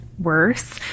worse